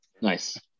Nice